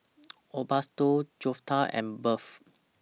Osbaldo Jeptha and Bev